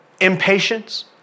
Impatience